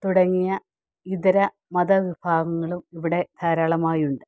തുടങ്ങിയ ഇതര മതവിഭാഗങ്ങളും ഇവിടെ ധാരാളമായുണ്ട്